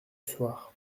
soir